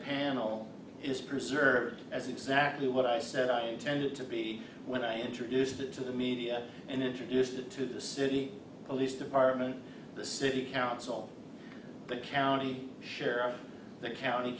panel is preserved as exactly what i said i intended to be when i introduced it to the media and introduced it to the city police department the city council the county sheriff the county